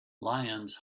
lions